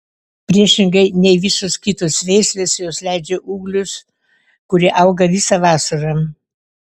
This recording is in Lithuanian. priešingai nei visos kitos veislės jos leidžia ūglius kurie auga visą vasarą